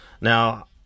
Now